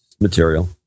Material